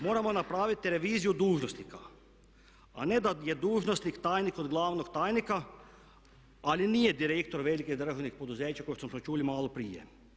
Moramo napraviti reviziju dužnosnika, a ne da je dužnosnik tajnik od glavnog tajnika ali nije direktor velikih državnih poduzeća kao što smo čuli malo prije.